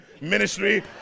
ministry